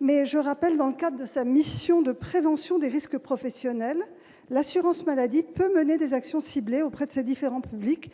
de rappeler que, dans le cadre de sa mission de prévention des risques professionnels, l'assurance maladie peut mener des actions ciblées auprès de ses différents publics,